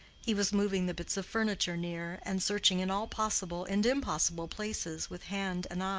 he was moving the bits of furniture near, and searching in all possible and impossible places with hand and eyes.